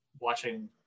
watching